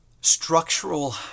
structural